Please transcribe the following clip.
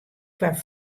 foar